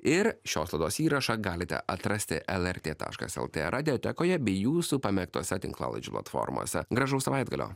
ir šios laidos įrašą galite atrasti lrt taškas lt radiotekoje bei jūsų pamėgtose tinklalaidžių platformose gražaus savaitgalio